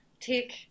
Tick